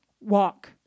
walk